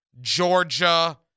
Georgia